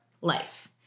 life